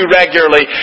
regularly